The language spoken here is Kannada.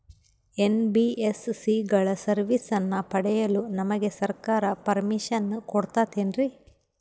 ಎನ್.ಬಿ.ಎಸ್.ಸಿ ಗಳ ಸರ್ವಿಸನ್ನ ಪಡಿಯಲು ನಮಗೆ ಸರ್ಕಾರ ಪರ್ಮಿಷನ್ ಕೊಡ್ತಾತೇನ್ರೀ?